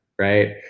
right